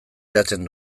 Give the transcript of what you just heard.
edaten